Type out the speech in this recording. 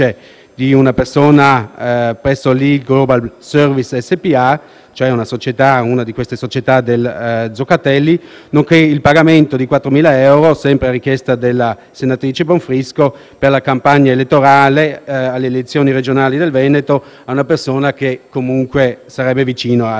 di una persona presso la E-Global Service SpA, ossia una delle società di Zoccatelli; nonché il pagamento di 4.000 euro, sempre richiesto dalla senatrice Bonfrisco, per la campagna elettorale alle elezioni regionali del Veneto di una persona che, comunque, sarebbe vicina alla senatrice.